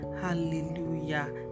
hallelujah